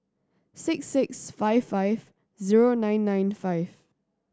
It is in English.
six six five five zero nine nine five